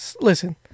Listen